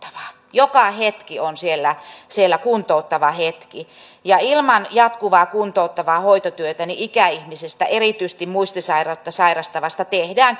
joka hetki on siellä siellä kuntouttava hetki ilman jatkuvaa kuntouttavaa hoitotyötä ikäihmisistä erityisesti muistisairautta sairastavista tehdään